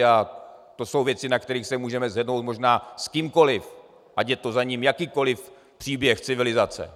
A to jsou věci, na kterých se můžeme shodnout možná s kýmkoliv, ať je za tím jakýkoliv příběh civilizace.